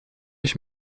ich